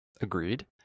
agreed